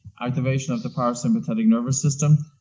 activation of the para-sympathetic nervous system,